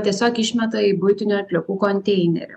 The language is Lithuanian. tiesiog išmeta į buitinių atliekų konteinerį